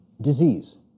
disease